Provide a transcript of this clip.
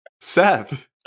Seth